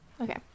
Okay